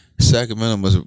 Sacramento